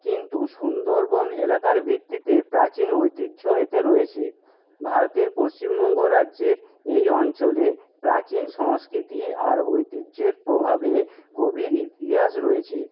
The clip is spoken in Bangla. কিন্তু সুন্দরবন এলাকার ভিত্তিতে প্রাচীন ঐতিহ্য এতে রয়েছে ভারতের পশ্চিমবঙ্গ রাজ্যের এই অঞ্চলে প্রাচীন সংস্কৃতি আর ঐতিহ্যের প্রভাবে গভীর ইতিহাস রয়েছে